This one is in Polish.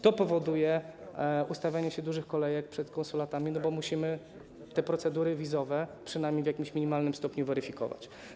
To powoduje ustawianie się dużych kolejek przed konsulatami, bo musimy te procedury wizowe przynajmniej w jakimś minimalnym stopniu weryfikować.